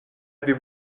avez